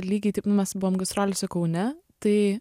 lygiai taip nu mes buvom gastrolėse kaune tai